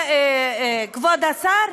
כבוד השר,